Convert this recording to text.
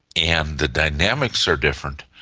and the dynamics are different,